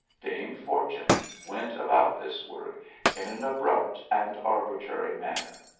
dame fortune went about this work in an abrupt and arbitrary manner.